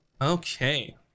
Okay